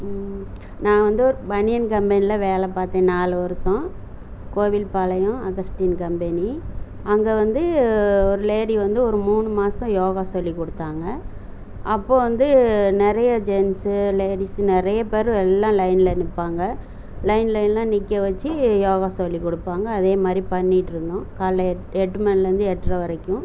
நான் வந்து ஒரு பனியன் கம்பெனியில் வேலை பார்த்தேன் நாலு வருஷம் கோவில்பாளையம் அகஸ்டின் கம்பெனி அங்கே வந்து ஒரு லேடி வந்து ஒரு மூணு மாதம் யோகா சொல்லி கொடுத்தாங்க அப்போது வந்து நிறைய ஜென்ஸு லேடிஸு நிறைய பேர் எல்லாம் லைனில் நிற்பாங்க லைன் லைனாக நிற்க வச்சு யா யோகா சொல்லி கொடுப்பாங்க அதே மாதிரி பண்ணிகிட்ருந்தோம் காலையில் எட் எட்டு மணிலேருந்து எட்ரை வரைக்கும்